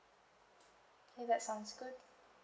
okay that sounds good